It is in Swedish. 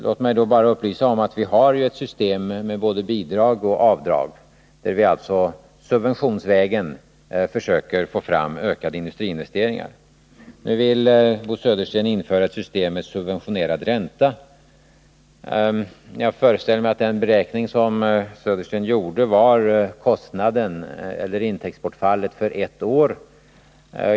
Låt mig då bara upplysa om att vi har ett system med både bidrag och avdrag, där vi alltså subventionsvägen försöker få fram ökade industriinvesteringar. Nu vill Bo Södersten införa ett system med subventionerad ränta. Jag föreställer mig att den beräkning som han gjorde motsvarade intäktsbortfallet för ett år.